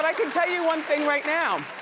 like can tell you one thing right now,